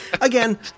Again